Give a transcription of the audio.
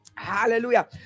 Hallelujah